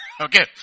Okay